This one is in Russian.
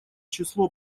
число